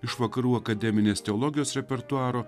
iš vakarų akademinės teologijos repertuaro